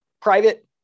Private